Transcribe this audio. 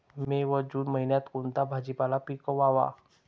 मे व जून महिन्यात कोणता भाजीपाला पिकवावा?